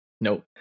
Nope